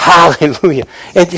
Hallelujah